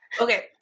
okay